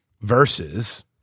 versus